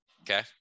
Okay